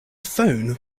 phone